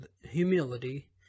humility